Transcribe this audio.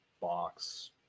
box